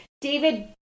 David